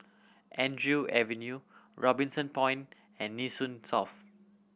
Andrew Avenue Robinson Point and Nee Soon South